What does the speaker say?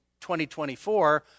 2024